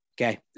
Okay